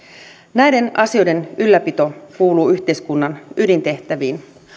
näiden asioiden ylläpito kuuluu yhteiskunnan ydintehtäviin